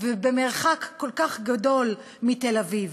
ובמרחק כל כך גדול מתל-אביב.